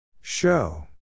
Show